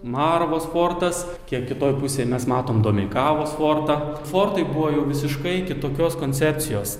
marvos fortas kiek kitoj pusėj mes matom domeikavos fortą fortai buvo jau visiškai kitokios koncepcijos